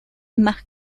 más